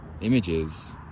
images